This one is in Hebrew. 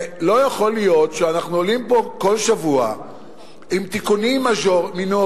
לא יכול להיות שאנחנו עולים פה כל שבוע עם תיקונים מינוריים,